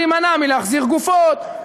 להימנע מלהחזיר גופות,